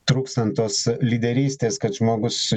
trūkstant tos lyderystės kad žmogus